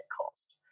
cost